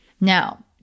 Now